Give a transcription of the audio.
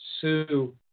sue